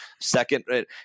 second